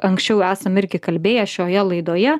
anksčiau esam irgi kalbėję šioje laidoje